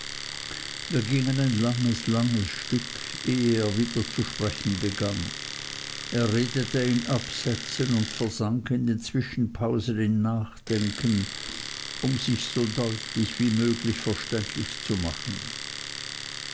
wir gingen ein langes langes stück ehe er wieder zu sprechen begann er redete in absätzen und versank in den zwischenpausen in nachdenken um sich so deutlich wie möglich verständlich zu machen